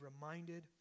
reminded